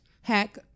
hack